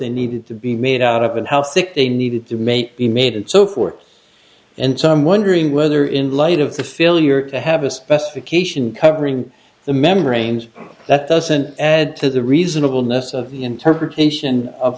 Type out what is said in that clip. they needed to be made out of and how sick they needed to make the meet and so forth and so i'm wondering whether in light of the fill your to have a specification covering the membranes that doesn't add to the reasonable ness of the interpretation of